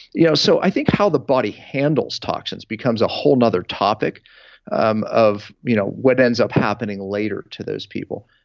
you know so i think how the body handles toxins becomes a whole other topic um of you know what ends up happening later to those people.